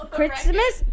Christmas